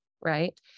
right